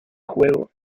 juego